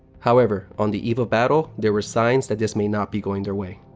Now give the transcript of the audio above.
however, on the eve of battle, there were signs that this may not be going their way.